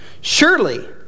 Surely